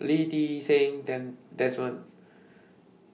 Lee Ti Seng Desmond